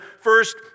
first